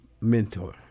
mentor